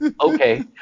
okay